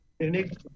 Unique